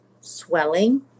swelling